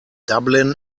dublin